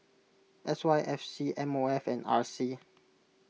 S Y F C M O F and R C